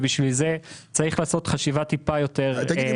בשביל זה צריך לעשות חשיבה טיפה יותר --- תגיד לי,